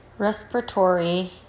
Respiratory